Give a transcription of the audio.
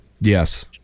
Yes